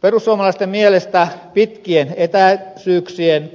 perussuomalaisten mielestä pitkien etäisyyksien